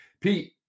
Pete